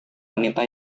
wanita